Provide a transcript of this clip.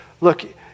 look